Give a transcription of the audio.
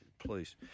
Please